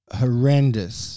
horrendous